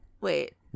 wait